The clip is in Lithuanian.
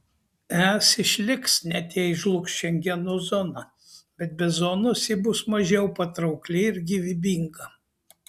es išliks net jei žlugs šengeno zona bet be zonos ji bus mažiau patraukli ir gyvybinga